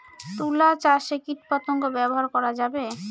তুলা চাষে কীটপতঙ্গ ব্যবহার করা যাবে?